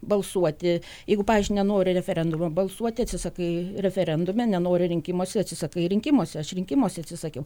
balsuoti jeigu pavyzdžiui nenori referendume balsuoti atsisakai referendume nenori rinkimuose atsisakai rinkimuose aš rinkimuose atsisakiau